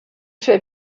fait